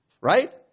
Right